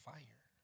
Fire